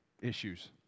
issues